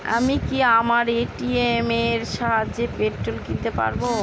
আমি কি আমার এ.টি.এম এর সাহায্যে পেট্রোল কিনতে পারব?